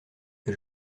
que